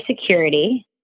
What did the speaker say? security